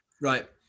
Right